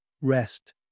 rest